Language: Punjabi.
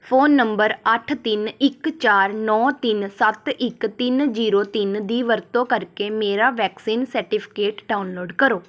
ਫ਼ੋਨ ਨੰਬਰ ਅੱਠ ਤਿੰਨ ਇੱਕ ਚਾਰ ਨੌਂ ਤਿੰਨ ਸੱਤ ਇੱਕ ਤਿੰਨ ਜ਼ੀਰੋ ਤਿੰਨ ਦੀ ਵਰਤੋਂ ਕਰਕੇ ਮੇਰਾ ਵੈਕਸੀਨ ਸਰਟੀਫਿਕੇਟ ਡਾਊਨਲੋਡ ਕਰੋ